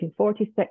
1946